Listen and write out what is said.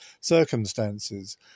circumstances